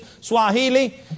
Swahili